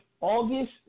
August